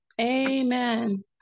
Amen